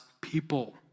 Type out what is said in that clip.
people